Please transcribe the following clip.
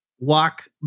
walk